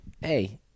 Hey